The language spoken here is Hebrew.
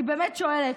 אני באמת שואלת,